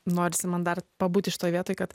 norisi man dar pabūti šitoj vietoj kad